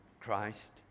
Christ